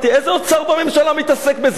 איזה עוד שר בממשלה מתעסק בזה?